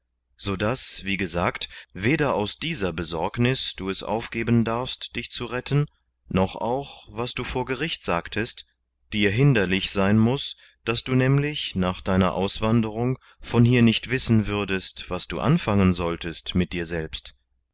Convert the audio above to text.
so daß wie gesagt weder aus dieser besorgnis du es aufgeben darfst dich zu retten noch auch was du vor gericht sagtest dir hinderlich sein muß daß du nämlich nach deiner auswanderung von hier nicht wissen würdest was du anfangen solltest mit dir selbst